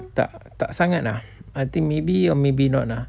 tak tak sangat ah I think maybe or maybe not lah